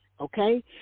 okay